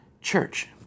church